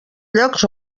llocs